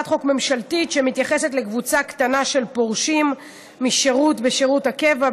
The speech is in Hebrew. חוק ממשלתית שמתייחסת לקבוצה קטנה של פורשים משירות בשירות הקבע,